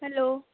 hello